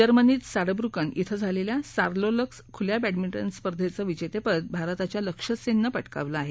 जर्मनीत सारब्रुकन इथं झालेल्या सार्लोर्लक्स खुल्या बॅडमिंडि स्पर्धेचं विजेतेपद भारताच्या लक्ष्य सेननं प क्रिावलं आहे